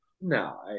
No